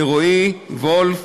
לרועי וולף